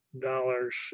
dollars